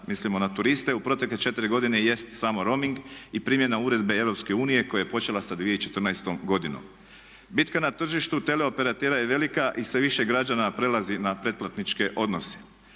mislimo na turiste u protekle 4 godine jest samo roaming i primjena uredbe Europske unije koja je počela sa 2014. godinom. Bitka na tržištu teleoperatera je velika i sve više građana prelazi na pretplatničke odnose.